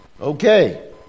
Okay